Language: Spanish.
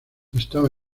estaba